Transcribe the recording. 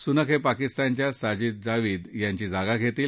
Sunak हे पाकिस्तानच्या साजीद जावीद यांची जागा घेतील